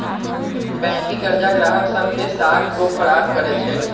बाँकी करजा गाहक सभ के साख को खराब करइ छै